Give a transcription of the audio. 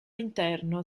interno